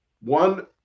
one